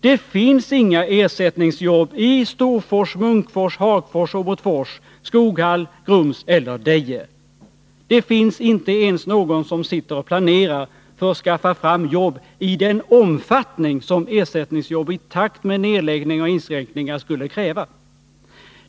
Det finns inga ersättningsjobb i Storfors, Munkfors, Hagfors, Åmotfors, Skoghall, Grums eller Deje. Det finns inte ens någon som sitter och planerar för att skaffa fram jobb i den omfattning som ersättningsjobb i takt med nedläggningar och inskränkningar skulle kräva.